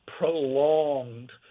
Prolonged